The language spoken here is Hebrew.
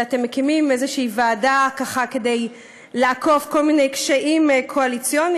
ואתם מקימים איזושהי ועדה ככה כדי לעקוף כל מיני קשיים קואליציוניים,